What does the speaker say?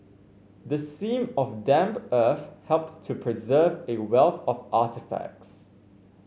the seam of damp earth helped to preserve a wealth of artefacts